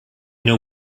know